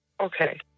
Okay